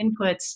inputs